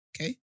Okay